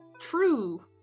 true